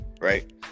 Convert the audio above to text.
right